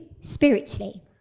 spiritually